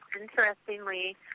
Interestingly